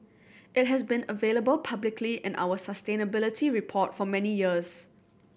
it has been available publicly in our sustainability report for many years